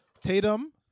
Tatum